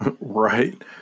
Right